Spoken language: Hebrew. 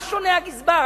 במה שונה הגזבר?